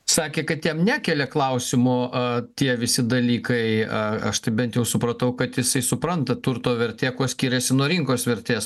sakė kad jam nekelia klausimų tie visi dalykai aš tai bent jau supratau kad jisai supranta turto vertė kuo skiriasi nuo rinkos vertės